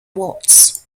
watts